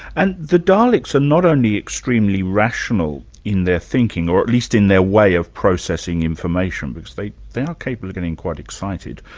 and the daleks are not only extremely rational in their thinking or at least in their way of processing information, which they they are capable of getting quite excited,